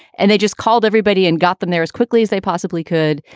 and they just called everybody and got them there as quickly as they possibly could.